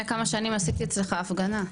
לפני כמה שנים עשיתי אצלך הפגנה,